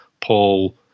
Paul